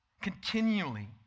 Continually